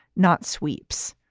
not sweeps.